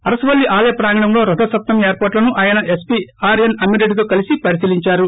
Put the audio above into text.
అరసవల్లి ఆలయ ప్రాంగణంలో రథసప్తమి ఏర్పాట్లను ఆయన ఎస్పీ ఆర్ ఎన్ అమ్మిరెడ్డిలో కలిసి పరిశీలించారు